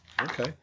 Okay